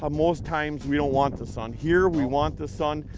ah most times we don't want the sun. here we want the sun.